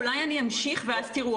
אתם רואים את שני הקווים הללו ואת העלייה